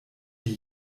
die